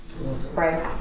right